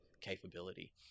capability